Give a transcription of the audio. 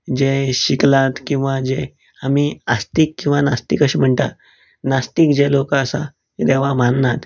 जे शिकलात किंवां जे आमी आस्तिक किंवां नास्तिक जे म्हणटात नास्तिक जे लोक आसात ते देवाक मननात